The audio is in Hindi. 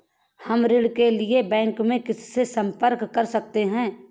हम ऋण के लिए बैंक में किससे संपर्क कर सकते हैं?